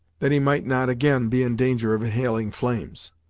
that he might not again be in danger of inhaling flames.